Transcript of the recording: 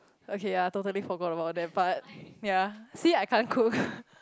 okay ya totally forgot about that but ya see I can't cook